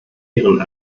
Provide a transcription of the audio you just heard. ihren